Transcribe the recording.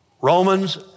Romans